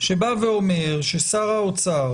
שבא ואומר ששר האוצר,